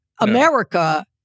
America